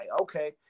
okay